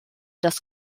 das